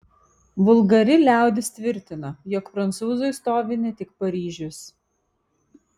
vulgari liaudis tvirtina jog prancūzui stovi ne tik paryžius